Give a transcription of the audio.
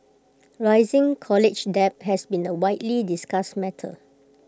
rising college debt has been A widely discussed matter